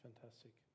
fantastic